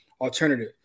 alternative